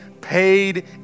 paid